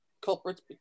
culprits